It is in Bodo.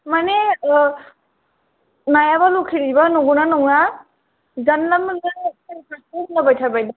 माने ओ नायाबा लखेलनिबा नंगोना नङा जानला मोनलाखौनो लखेल ना होनलाबाथारबायदां